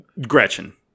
Gretchen